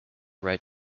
right